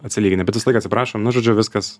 atsilyginę bet visąlaik atsiprašom nu žodžiu viskas